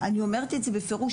אני אומרת את זה בפירוש,